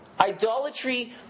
Idolatry